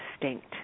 distinct